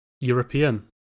European